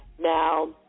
Now